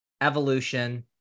evolution